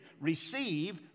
receive